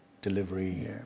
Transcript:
delivery